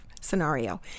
scenario